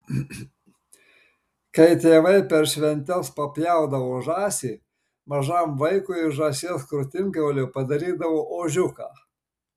kai tėvai per šventes papjaudavo žąsį mažam vaikui iš žąsies krūtinkaulio padarydavo ožiuką